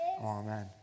Amen